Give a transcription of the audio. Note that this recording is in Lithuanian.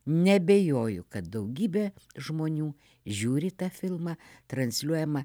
neabejoju kad daugybė žmonių žiūri tą filmą transliuojamą